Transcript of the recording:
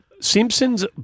Simpson's